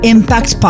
Impact